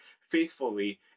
faithfully